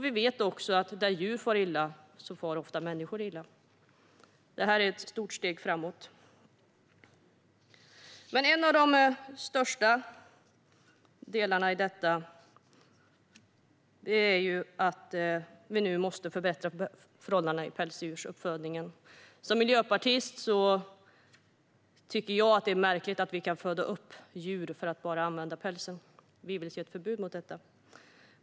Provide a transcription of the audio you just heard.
Vi vet också att där djur far illa far ofta även människor illa. Detta är ett stort steg framåt. En av de största delarna i detta gäller att vi nu måste förbättra förhållandena i pälsdjursuppfödningen. Som miljöpartist tycker jag att det är märkligt att vi kan föda upp djur för att använda bara pälsen. Vi vill se ett förbud mot detta.